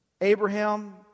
Abraham